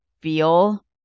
feel